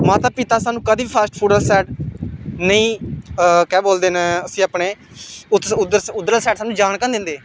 माता पिता सानूं कदें बी फास्ट फूड आह्ली साइड नेईं केह् बोलदे न उस्सी अपने उद्धर आह्ली साइड सानूं जान गै निं दिंदे